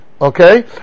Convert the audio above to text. okay